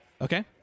Okay